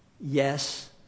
yes